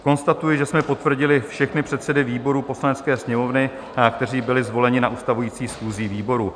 Konstatuji, že jsme potvrdili všechny předsedy výborů Poslanecké sněmovny, kteří byli zvoleni na ustavující schůzi výboru.